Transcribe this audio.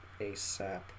ASAP